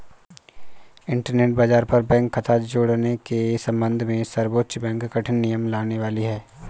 internet बाज़ार पर bank खता जुड़ने के सम्बन्ध में सर्वोच्च बैंक कठिन नियम लाने वाली है